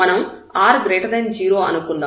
మనం r0 అనుకుందాం